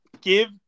give